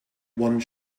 one